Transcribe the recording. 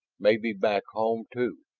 maybe back home too.